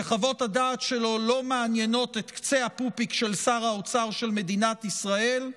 שחוות הדעת שלו לא מעניינות את קצה הפופיק של שר האוצר של מדינת ישראל,